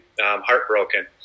heartbroken